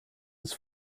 was